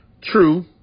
true